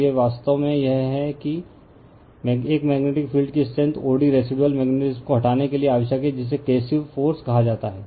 तो यह वास्तव में यह है एक कि मेग्नेटिक फील्ड की strength o d residual magnetism को हटाने के लिए आवश्यक है जिसे केर्सिव फ़ोर्स कहा जाता है